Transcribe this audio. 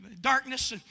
darkness